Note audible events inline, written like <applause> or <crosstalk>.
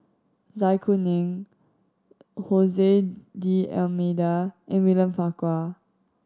Zai Kuning <unintelligible> D'Almeida and William Farquhar